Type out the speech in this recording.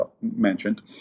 mentioned